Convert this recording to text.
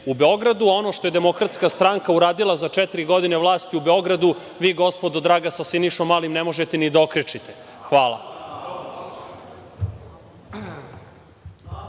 u Beogradu. Ono što je DS uradila za četiri godine vlasti u Beogradu vi gospodo draga, sa Sinišom Malim, ne možete ni da okrečite. Hvala